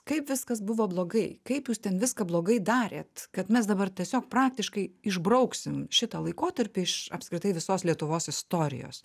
kaip viskas buvo blogai kaip jūs ten viską blogai darėt kad mes dabar tiesiog praktiškai išbrauksim šitą laikotarpį iš apskritai visos lietuvos istorijos